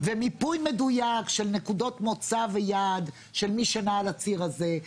--- ומיפוי מדויק של נקודות מוצא ויעד של מי שנע על הציר הזה,